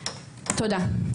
תודה.